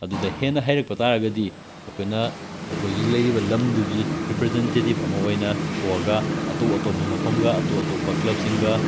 ꯑꯗꯨꯗ ꯍꯦꯟꯅ ꯍꯩꯔꯛꯄ ꯇꯥꯔꯒꯗꯤ ꯑꯩꯈꯣꯏꯅ ꯑꯩꯈꯣꯏꯒꯤ ꯂꯩꯔꯤꯕ ꯂꯝꯗꯨꯒꯤ ꯔꯤꯄ꯭ꯔꯖꯦꯟꯇꯦꯇꯤꯞ ꯑꯃ ꯑꯣꯏꯅ ꯊꯣꯛꯑꯒ ꯑꯇꯣꯞ ꯑꯇꯣꯞꯄ ꯃꯐꯝꯒ ꯑꯇꯣꯞ ꯑꯇꯣꯞꯄ ꯀ꯭ꯂꯞꯁꯤꯡꯒ